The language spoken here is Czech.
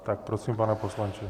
Tak prosím, pane poslanče.